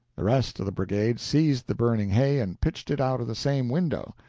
the rest of the brigade seized the burning hay and pitched it out of the same window.